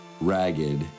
ragged